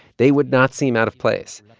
they would not seem out of place.